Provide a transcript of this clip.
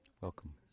Welcome